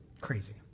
Crazy